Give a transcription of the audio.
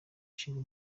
ishinga